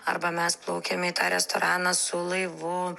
arba mes plaukiame į tą restoraną su laivu